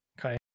okay